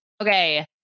Okay